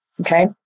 Okay